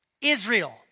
Israel